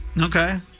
Okay